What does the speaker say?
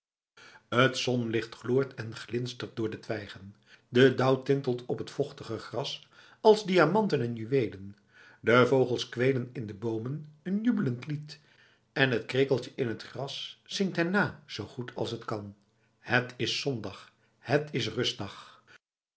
t zonlicht gloort en glinstert door de twijgen de dauw tintelt op het vochtige gras als diamanten en juweelen de vogels kweelen in de boomen een jubelend lied en t krekeltje in t gras zingt hen na zoo goed als het kan het is zondag het is rustdag